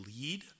lead